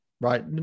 right